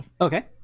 Okay